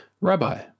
Rabbi